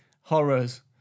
horrors